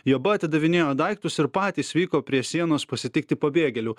juoba atidavinėjo daiktus ir patys vyko prie sienos pasitikti pabėgėlių